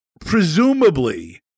presumably